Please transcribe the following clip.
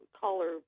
Caller